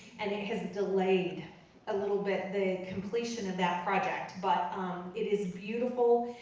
and it has delayed a little bit, the completion of that project. but it is beautiful.